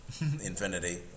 infinity